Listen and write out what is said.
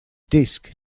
disk